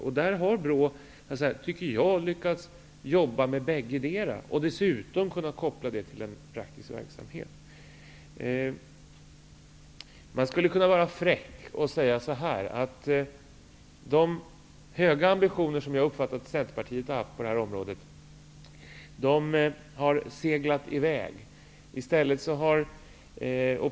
Jag tycker att BRÅ har lyckats att jobba med båda. De har dessutom kunnat koppla det till en praktisk verksamhet. Jag skulle kunna vara fräck och säga så här: De höga ambitioner som jag har uppfattat att Centerpartiet har haft på det här området har seglat i väg.